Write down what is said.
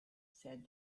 said